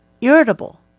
irritable